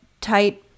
tight